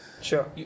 Sure